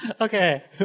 Okay